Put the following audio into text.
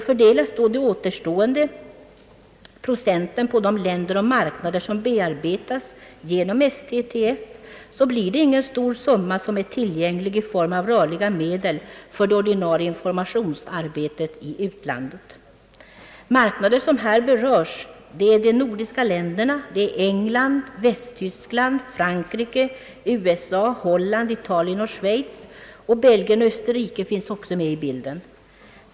Fördelas då de återstående procenten på de länder och marknader som bearbetas inom STTF blir det ingen stor summa som är tillgänglig i form av rörliga medel för det ordinarie informationsarbetet i utlandet. Marknader som här berörs är de nordiska länderna, England, Västtyskland, Frankrike, USA, Holland, Italien och Schweiz. Belgien och Österrike finns också med i bilden.